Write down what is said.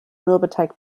mürbeteig